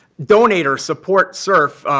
donate or support sirf,